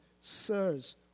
Sirs